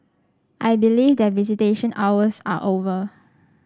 I believe that visitation hours are over